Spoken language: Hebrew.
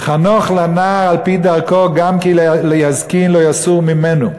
"חנך לנער על-פי דרכו גם כי יזקין לא יסור ממנה"